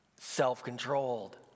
self-controlled